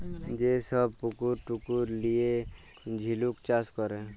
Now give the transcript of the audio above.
যে ছব পুকুর টুকুর লিঁয়ে ঝিলুক চাষ ক্যরে